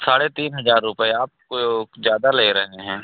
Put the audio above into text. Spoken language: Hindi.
साढ़े तीन हजार रुपये आप ज़्यादा ले रहे हैं